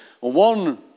One